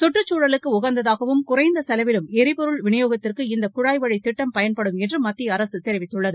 கற்றுக்குழலுக்கு உகந்ததாகவும் குறைந்த செலவிலும் ளிபொருள் விநியோகத்திற்கு இந்த குழாய் வழி திட்டம் பயன்படும் என்று மத்திய அரசு தெிவித்துள்ளது